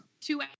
two